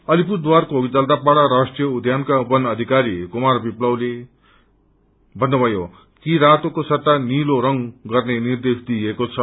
अलिपुरद्वारको जल्दापाड़ा राष्ट्रिय उध्यानका बन अधिकारी कुमार विमलले भन्नुभयो कि रातोको सट्टा नीलो रंग गर्ने निर्देश दिइएको छ